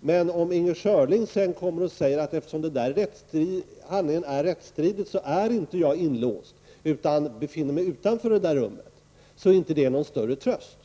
Men om Inger Schörling sedan säger att jag, eftersom denna handling är rättstridig, inte är inlåst utan befinner mig utanför detta rum, så är detta inte någon större tröst.